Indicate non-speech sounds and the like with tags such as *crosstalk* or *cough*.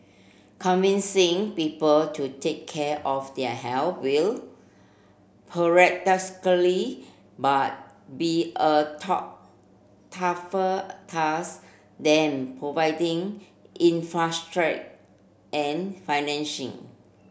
convincing people to take care of their health will paradoxically by be a *unintelligible* tougher task than providing *unintelligible* and financing